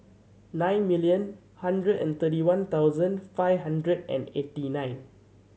nine million hundred and thirty one thousand five hundred and eighty nine